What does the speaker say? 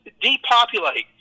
depopulate